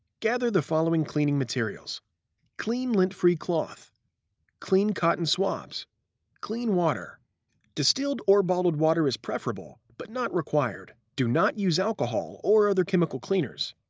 gather the following cleaning materials clean, lint-free cloth clean cotton swabs clean water distilled or bottled water is preferable but not required. do not use alcohol or other chemical cleaners.